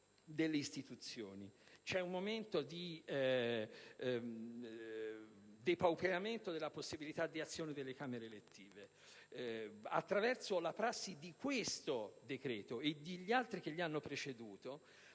dire, cioè un momento di depauperamento della possibilità di azione delle Camere elettive. Attraverso questo decreto e gli altri che l'hanno preceduto,